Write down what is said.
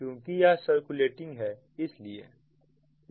क्योंकि यह सर्कुलेटिंग है इसलिए